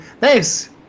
thanks